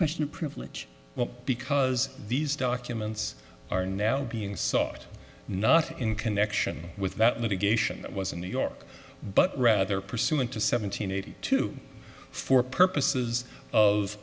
question of privilege well because these documents are now being sought not in connection with that litigation that was in new york but rather pursuant to seven hundred eighty two for purposes of